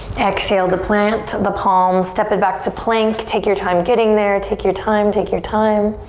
exhale to plant the palms. step it back to plank. take your time getting there. take your time, take your time.